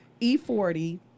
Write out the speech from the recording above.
E40